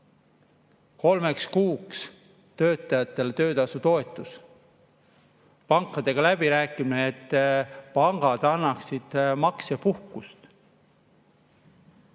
kolmeks kuuks töötajatele töötasutoetus, pankadega läbirääkimine, et pangad annaksid maksepuhkust,